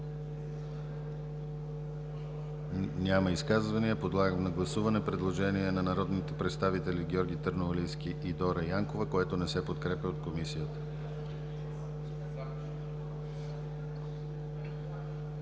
Няма. Подлагам на гласуване предложение на народните представители Георги Търновалийски и Дора Янкова, което не се подкрепя от Комисията.